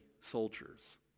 soldiers